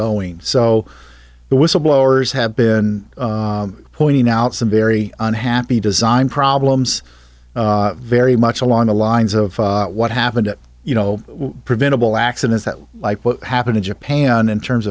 going so the whistleblowers have been pointing out some very unhappy design problems very much along the lines of what happened you know preventable accidents that like what happened in japan in terms